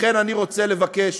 לכן אני רוצה לבקש